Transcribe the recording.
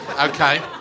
Okay